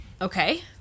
okay